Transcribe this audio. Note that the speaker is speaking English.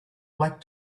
black